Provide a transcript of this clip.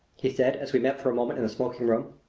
he said, as we met for a moment in the smoking room,